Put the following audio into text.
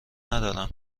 ندارم